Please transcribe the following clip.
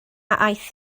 aeth